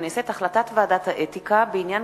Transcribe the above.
החלטות ועדת האתיקה בעניין